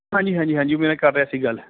ਹਾਂਜੀ ਹਾਂਜੀ ਹਾਂਜੀ ਮੇਰੇ ਨਾਲ ਕਰ ਰਿਹਾ ਸੀ ਗੱਲ